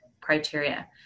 criteria